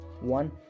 one